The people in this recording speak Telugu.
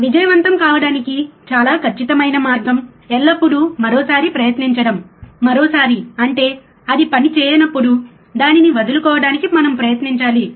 విజయవంతం కావడానికి చాలా ఖచ్చితమైన మార్గం ఎల్లప్పుడూ మరోసారి ప్రయత్నించడం మరోసారి అంటే అది పని చేయనప్పుడు దానిని వదులుకోవడానికి మనము ప్రయత్నించాలి